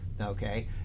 Okay